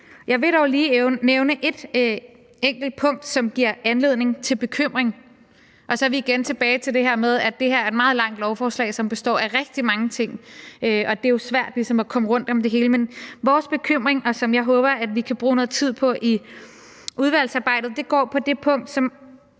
Jeg vil dog lige nævne et enkelt punkt, som giver anledning til bekymring – og så er vi igen tilbage til det her med, at det her er et meget langt lovforslag, som består af rigtig mange ting, og det er jo svært ligesom at komme rundt om det hele – og vores bekymring, som jeg håber vi kan bruge noget tid på i udvalgsarbejdet, går på det punkt, som